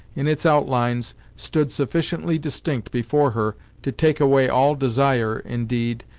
in its outlines, stood sufficiently distinct before her to take away all desire, indeed,